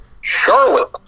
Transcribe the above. Charlotte